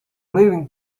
leaving